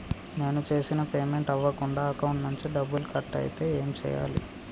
నేను చేసిన పేమెంట్ అవ్వకుండా అకౌంట్ నుంచి డబ్బులు కట్ అయితే ఏం చేయాలి?